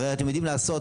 הרי אתם יודעים לעשות